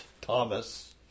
Thomas